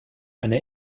eine